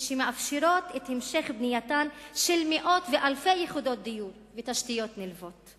ומאפשרים את המשך בנייתן של מאות ואלפי יחידות דיור ותשתיות נלוות?